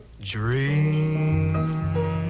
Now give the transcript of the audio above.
dream